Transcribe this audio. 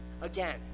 again